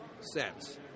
sets